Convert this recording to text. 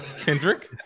Kendrick